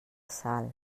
sal